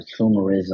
consumerism